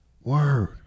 Word